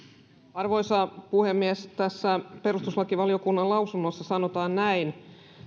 arvoisa puhemies tässä perustuslakivaliokunnan lausunnossa sanotaan näin